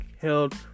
held